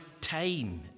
time